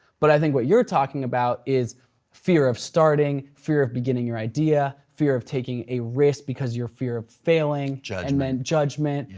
but i think what you're talking about about is fear of starting, fear of beginning your idea, fear of taking a risk because your fear of failing. judgment. judgment.